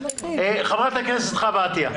חברת הכנסת חוה עטייה.